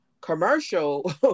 commercial